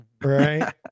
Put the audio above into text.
Right